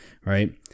right